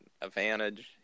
advantage